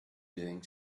doing